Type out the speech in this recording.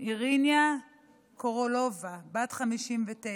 אירינה קורולובה, בת 59,